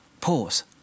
Pause